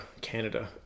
Canada